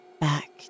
back